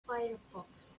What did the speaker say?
firefox